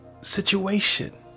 situation